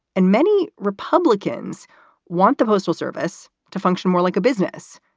and many republicans want the postal service to function more like a business.